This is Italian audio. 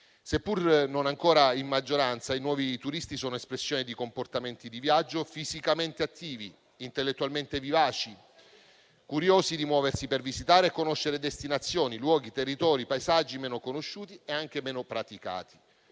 Seppur non ancora in maggioranza, i nuovi turisti sono espressione di comportamenti di viaggio fisicamente attivi, intellettualmente vivaci, curiosi di muoversi per visitare e conoscere destinazioni, luoghi, territori e paesaggi meno conosciuti e anche meno praticati.